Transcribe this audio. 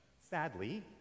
Sadly